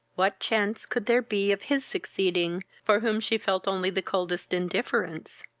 what chance could there be of his succeeding, for whom she felt only the coldest indifference?